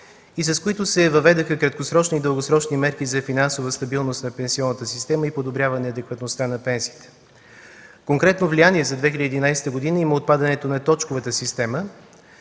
и с които се въведоха краткосрочни и дългосрочни мерки за финансова стабилност на пенсионната система и подобряване адекватността на пенсиите. Конкретно влияние за 2011 г. има отпадането на точковата система,